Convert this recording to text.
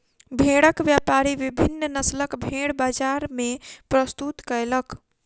भेड़क व्यापारी विभिन्न नस्लक भेड़ बजार मे प्रस्तुत कयलक